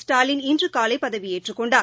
ஸ்டாலின் இன்று காலை பதவியேற்றுக் கொண்டார்